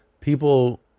people